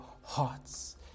hearts